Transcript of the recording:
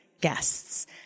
guests